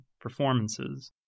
performances